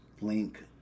link